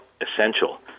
essential